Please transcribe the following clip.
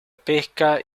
pesca